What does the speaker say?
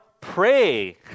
pray